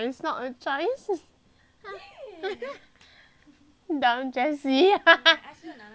dumb jessie